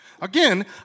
Again